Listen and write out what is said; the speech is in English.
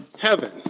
heaven